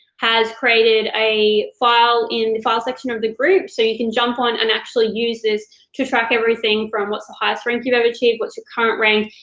has created a file in the file section of the group, so you can jump on and actually use this to track everything from what's the highest rank you've ever achieved, what's your current rank?